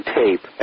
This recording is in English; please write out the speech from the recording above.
tape